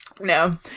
no